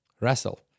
Russell